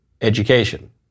education